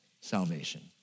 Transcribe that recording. salvation